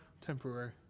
temporary